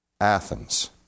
Athens